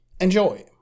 Enjoy